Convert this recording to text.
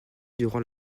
durant